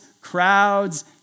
crowds